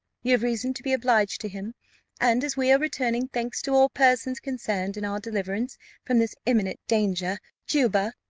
you have reason to be obliged to him and as we are returning thanks to all persons concerned in our deliverance from this imminent danger, juba,